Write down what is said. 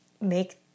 make